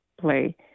play